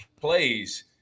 plays